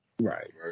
Right